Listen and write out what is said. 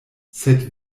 sed